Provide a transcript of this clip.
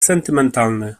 sentymentalny